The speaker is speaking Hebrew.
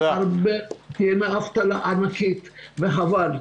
אני אומר לכם תהיה אבטלה ענקית, וחבל.